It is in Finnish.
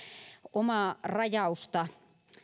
omaa rajausta